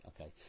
okay